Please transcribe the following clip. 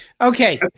Okay